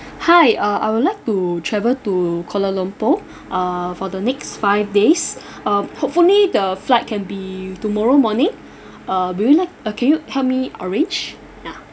hi uh I would like to travel to kuala lumpur uh for the next five days uh hopefully the flight can be tomorrow morning uh will you like uh can you help me arrange ya